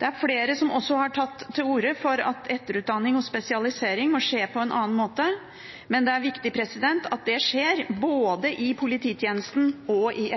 Det er flere som også har tatt til orde for at etterutdanning og spesialisering må skje på en annen måte, men det er viktig at det skjer både i polititjenesten og i